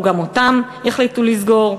או שגם אותם יחליטו לסגור?